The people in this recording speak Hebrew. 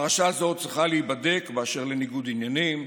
פרשה זאת צריכה להיבדק אשר לניגוד העניינים,